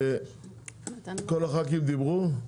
כל הח"כים דיברו?